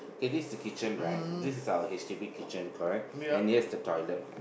kay this is the kitchen right this is our H_D_B kitchen correct and here's the toilet